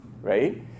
right